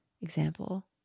example